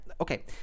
okay